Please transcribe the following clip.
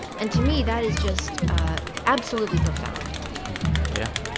and to me, that is just ah absolutely profound yeah.